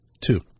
Two